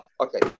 okay